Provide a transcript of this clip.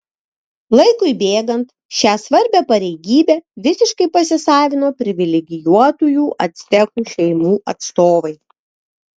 laikui bėgant šią svarbią pareigybę visiškai pasisavino privilegijuotųjų actekų šeimų atstovai